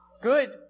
Good